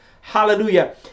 hallelujah